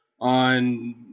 on